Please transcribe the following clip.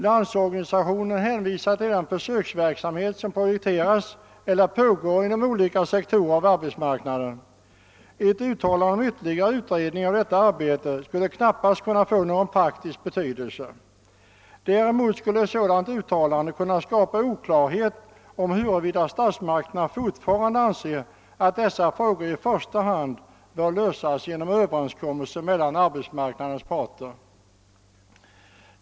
LO hänvisar till den försöksverksamhet som projekteras eller pågår inom olika sektorer av arbetsmarknaden. Ett uttalande om en ytterligare intensifiering av detta arbete skulle, menar LO, knappast kunna få någon praktisk betydelse. Däremot skulle ett sådant uttalande kunna skapa oklarhet om huruvida statsmakterna fortfarande anser att dessa frågor i första hand bör lösas genom överenskommelser mellan arbetsmarknadens parter.